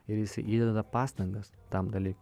ir jis įdeda pastangas tam dalykui